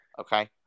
okay